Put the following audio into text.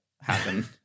happen